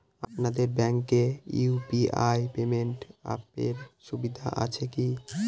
আপনাদের ব্যাঙ্কে UPI payment অ্যাপের সুবিধা আছে কি?